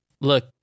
look